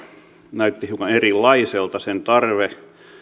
näytti hiukan erilaiselta sen tarve